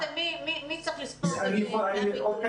מי צריך לספוג את זה?